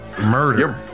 murder